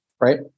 right